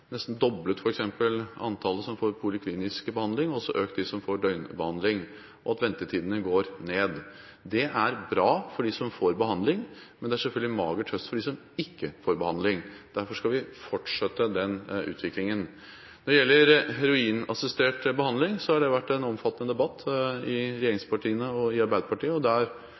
doblet antallet som får poliklinisk behandling og også økt for dem som får døgnbehandling, og at ventetidene går ned. Det er bra for dem som får behandling, men det er selvfølgelig en mager trøst for dem som ikke får det. Derfor skal vi fortsette den utviklingen. Når det gjelder heroinassistert behandling, har det vært en omfattende debatt i regjeringspartiene og i Arbeiderpartiet, og der